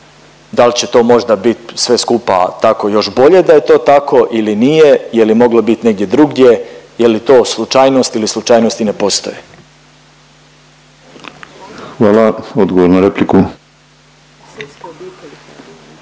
dal će to možda bit sve skupa tako još bolje da je to tako ili nije, je li moglo bit negdje drugdje, je li to slučajnost ili slučajnosti ne postoje. **Penava, Ivan (DP)**